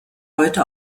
heute